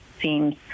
seems